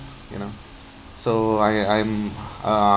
you so I I'm